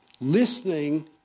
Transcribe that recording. listening